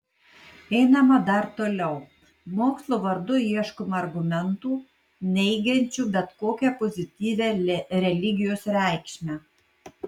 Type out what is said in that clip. einama dar toliau mokslo vardu ieškoma argumentų neigiančių bet kokią pozityvią religijos reikšmę